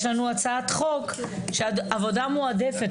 יש לנו הצעת חוק "עבודה מועדפת".